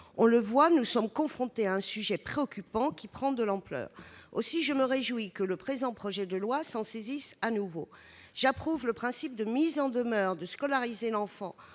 On le voit, nous sommes confrontés à un sujet préoccupant, qui prend de l'ampleur. Aussi, je me réjouis que le présent projet de loi s'en saisisse de nouveau. J'approuve le principe de mise en demeure de scolariser l'enfant